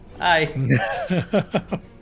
Hi